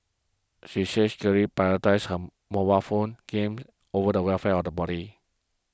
she said she clearly prioritised him mobile phone game over the welfare of the body